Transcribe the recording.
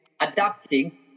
adapting